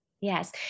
Yes